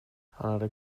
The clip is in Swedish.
hade